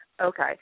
Okay